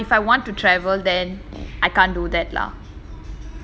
but if I want to travel then I can't do that lah